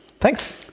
Thanks